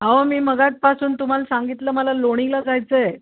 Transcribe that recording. अहो मी मघासपासून तुम्हाला सांगितलं मला लोणीला जायचं आहे